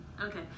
Okay